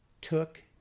took